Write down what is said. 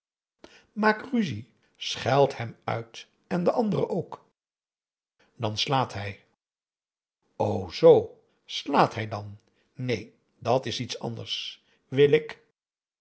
maak ruzie scheld hem uit en de andere ook dan slaat hij o zoo slaat hij dan neen dat is iets anders wil ik